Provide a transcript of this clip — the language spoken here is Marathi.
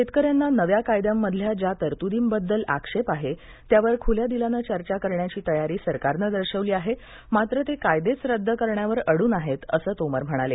शेतकऱ्यांना नव्या कायद्यांमधल्या ज्या तरतूदींबद्दल आक्षेप आहे त्यावर खुल्या दिलानं चर्चा करण्याची तयारी सरकारनं दर्शवली आहे मात्र ते कायदेच रद्द करण्यावर अडून आहेत असं तोमर म्हणाले